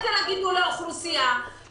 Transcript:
המתכונת של השאלה של קביעת מענקים מסוימים או סיוע או